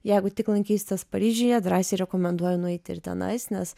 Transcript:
jeigu tik lankysitės paryžiuje drąsiai rekomenduoju nueiti ir tenais nes